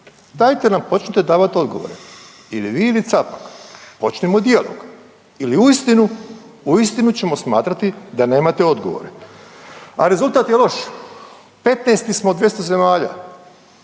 dajte nam počnite davati odgovore ili vi ili Capak, počnimo djelovati ili uistinu, uistinu ćemo smatrati da nemate odgovore. A rezultat je loš, 15-ti smo u 200 zemalja.